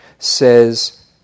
says